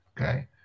okay